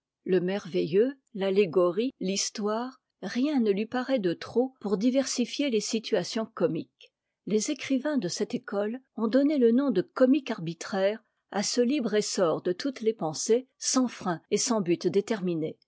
le merveilleux l'allégorie l'histoire rien ne lui paraît de trop pour diversifier les situations comiques les écrivains de cette école ont donné le nom de comique arbitraire à ce libre essor de toutes les pensées sans frein et sans but déterminé